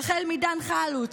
החל מדן חלוץ,